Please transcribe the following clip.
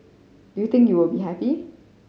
do you think you will be happy